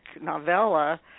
novella